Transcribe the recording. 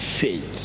faith